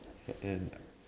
sad and